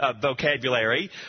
vocabulary